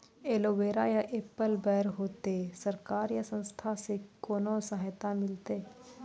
Aloe vera या apple बैर होते? सरकार या संस्था से कोनो सहायता मिलते?